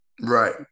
Right